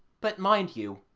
but, mind you,